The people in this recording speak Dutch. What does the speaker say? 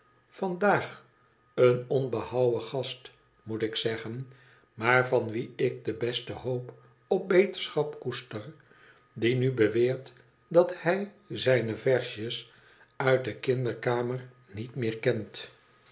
vandaag een onbehouwen gast moet ik zeggen maar an wien ik de beste hoop op beterschap koester die nu leweert dat hij zijne versjes uit de kinderkamer niet meer kent